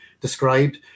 described